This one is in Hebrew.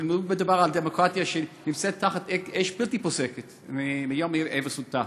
ומדובר בדמוקרטיה שנמצאת תחת אש בלתי פוסקת מיום היווסדה,